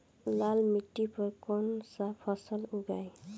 लाल मिट्टी पर कौन कौनसा फसल उगाई?